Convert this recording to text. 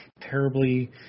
terribly